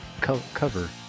cover